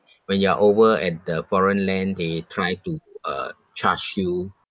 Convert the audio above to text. when you are over at the foreign land they try to uh charge you